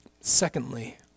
Secondly